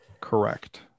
correct